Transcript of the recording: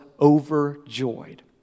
overjoyed